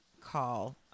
call